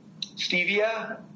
stevia